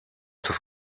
das